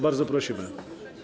Bardzo prosimy.